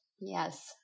Yes